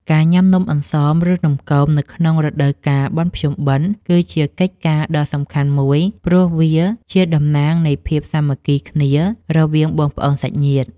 ការញ៉ាំនំអន្សម ឬនំគមនៅក្នុងរដូវកាលបុណ្យភ្ជុំបិណ្ឌ គឺជាកិច្ចការដ៏សំខាន់មួយ ព្រោះវាជាតំណាងនៃភាពសាមគ្គីគ្នារវាងបងប្អូនសាច់ញាតិ។